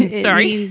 and sorry.